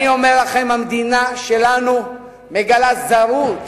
אני אומר לכם שהמדינה שלנו מגלה זרות.